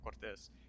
cortez